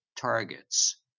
targets